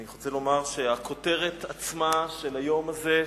אני רוצה לומר שהכותרת עצמה של היום הזה,